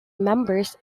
members